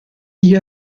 gli